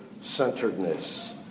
centeredness